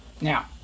Now